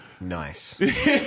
Nice